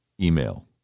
email